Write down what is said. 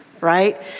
right